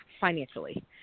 financially